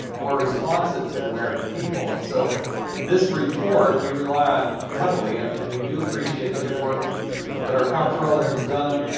more responsive to the american people. and so this report, we rely on heavily. and and we do appreciate the good work that our comptroller has done.